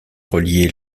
relier